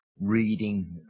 reading